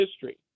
history